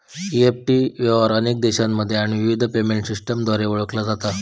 EFT व्यवहार अनेक देशांमध्ये आणि विविध पेमेंट सिस्टमद्वारा ओळखला जाता